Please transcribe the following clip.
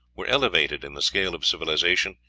were elevated in the scale of civilization,